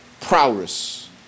prowess